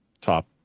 top